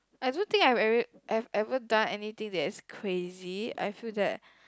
I don't think I've ever I've ever done anything that is crazy I feel that